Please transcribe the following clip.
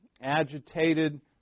agitated